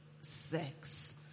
sex